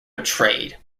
betrayed